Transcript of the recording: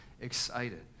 excited